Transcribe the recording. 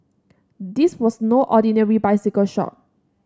this was no ordinary bicycle shop